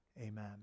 Amen